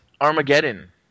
Armageddon